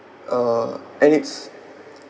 uh and it's